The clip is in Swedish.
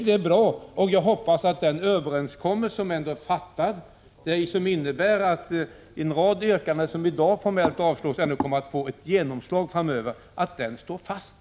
Det är bra, och jag hoppas att den överenskommelse som har gjorts, och som innebär att en rad yrkanden som i dag formellt avslås ändå kommer att få genomslag framöver, står fast.